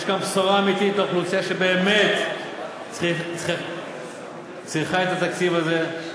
יש כאן בשורה אמיתית לאוכלוסייה שבאמת צריכה את התקציב הזה.